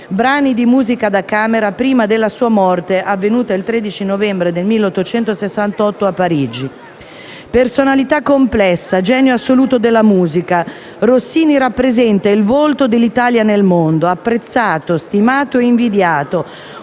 brani di musica da camera, prima della sua morte, avvenuta il 13 novembre 1868 a Parigi. Personalità complessa, genio assoluto della musica, Rossini rappresenta il volto dell'Italia nel mondo. Apprezzato, stimato e invidiato.